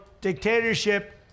dictatorship